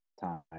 time